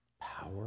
power